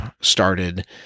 started